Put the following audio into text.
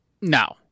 No